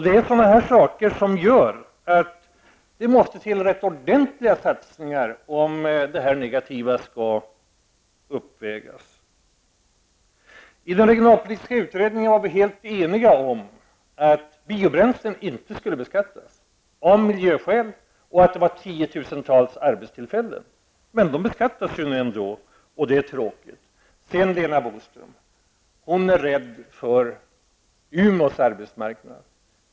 Det är sådana här saker som gör att det måste till ordentliga satsningar om det negativa skall kunna uppvägas. I den regionalpolitiska utredningen var vi helt eniga om att biobränslen inte skulle beskattas av miljöskäl och på grund av att det gäller tiotusentals arbetstillfällen. De beskattas ändå, och det är tråkigt. Lena Boström är rädd för arbetsmarknaden i Umeå.